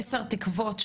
עשר תקוות,